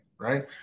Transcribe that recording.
right